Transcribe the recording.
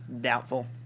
Doubtful